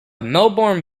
melbourne